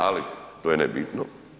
Ali, to je nebitno.